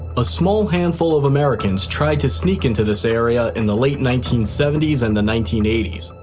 a small handful of americans tried to sneak into this area in the late nineteen seventy s and the nineteen eighty s.